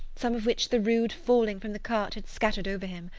some of which the rude falling from the cart had scattered over him.